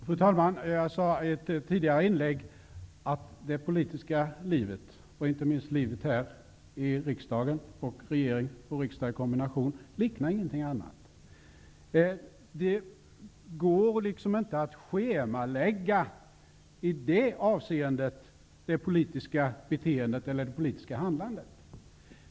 Fru talman! Jag sade i ett tidigare inlägg att det politiska livet, inte minst livet här i riksdagen och i regering och riksdag i kombination, inte liknar någonting annat. Det går inte att schemalägga det politiska beteendet eller handlandet i det avseendet.